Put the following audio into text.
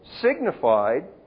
signified